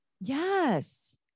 Yes